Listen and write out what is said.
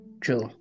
True